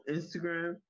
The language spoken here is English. Instagram